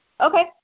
Okay